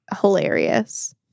hilarious